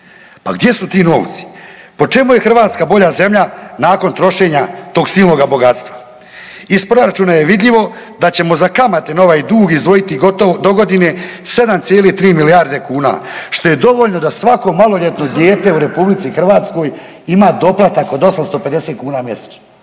Pa gdje su ti novci? Po čemu je Hrvatska bolja zemlja nakon trošenja tog silnoga bogatstva? Iz proračuna je vidljivo da ćemo za kamate na ovaj dug izdvojiti gotovo dogodine 7,3 milijarde kuna, što je dovoljno da svako maloljetno dijete u RH ima doplatak od 850 kuna mjesečno.